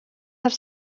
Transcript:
have